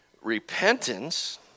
Repentance